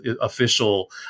official